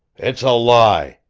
it's a lie!